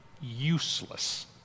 useless